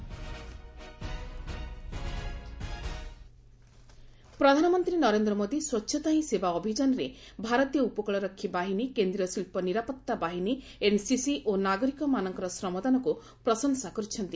PM ସ୍ୱଚ୍ଚତା ପ୍ରଧାନମନ୍ତ୍ରୀ ନରେନ୍ଦ୍ର ମୋଦି ସ୍ୱଚ୍ଚତା ହି ସେବା ଅଭିଯାନରେ ଭାରତୀୟ ଉପକୃଳ ରକ୍ଷୀ ବାହିନୀ କେନ୍ଦ୍ରୀୟ ଶିଳ୍ପ ନିରାପତ୍ତା ବାହିନୀ ଏନ୍ସିସି ଓ ନାଗରିକମାନଙ୍କର ଶ୍ରମଦାନକୁ ପ୍ରଶଂସା କରିଛନ୍ତି